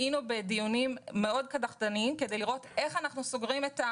היינו בדיונים קדחתניים מאוד כדי לראות איך אנחנו מצמצמים